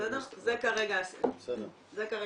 זה כרגע הסדר.